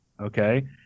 Okay